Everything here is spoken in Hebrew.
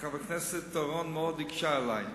חבר הכנסת אורון מאוד הקשה עלי,